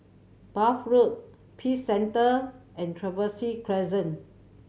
Bath Road Peace Centre and Trevose Crescent